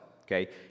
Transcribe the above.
okay